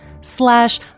slash